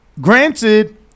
Granted